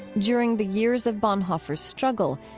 during the years of bonhoeffer's struggle,